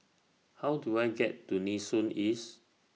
How Do I get to Nee Soon East